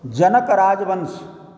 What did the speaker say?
जनक राजवंश